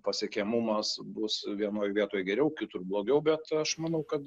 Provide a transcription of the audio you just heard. pasiekiamumas bus vienoj vietoj geriau kitur blogiau bet aš manau kad